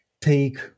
take